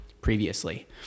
previously